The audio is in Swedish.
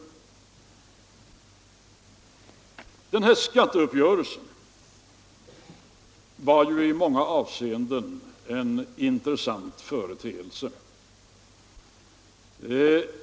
Den här skatteuppgörelsen var ju i många avseenden en intressant företeelse.